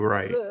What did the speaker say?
Right